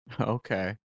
okay